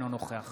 אינו נוכח